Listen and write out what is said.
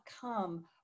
come